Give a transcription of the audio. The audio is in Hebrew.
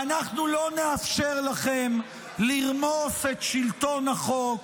ואנחנו לא נאפשר לכם לרמוס את שלטון החוק.